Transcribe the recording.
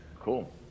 Cool